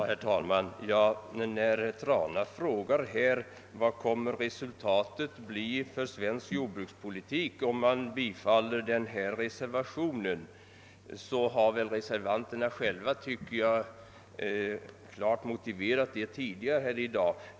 Herr talman! Med anledning av herr Tranas fråga vad resultatet kommer att bli för svensk jordbrukspolitik, om man bifaller denna reservation, vill jag säga, att reservanterna själva klart motiverat det tidigare här i dag.